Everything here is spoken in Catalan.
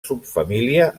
subfamília